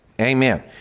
Amen